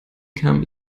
come